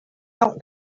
not